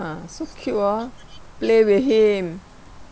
ha so cute oh play with him